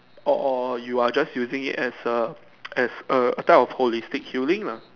or or you are just using it as a as a a type of holistic healing lah